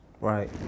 right